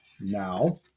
now